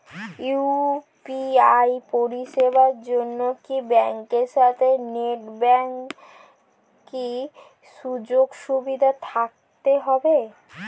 UPI পরিষেবার জন্য কি ব্যাংকের সাথে নেট ব্যাঙ্কিং সুযোগ সুবিধা থাকতে হবে?